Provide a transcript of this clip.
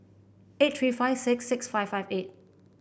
eight three five six six five five eight